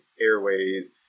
airways